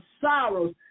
sorrows